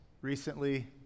recently